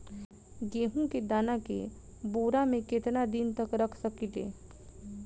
गेहूं के दाना के बोरा में केतना दिन तक रख सकिले?